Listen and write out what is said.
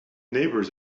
neighbors